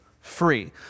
free